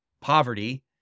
poverty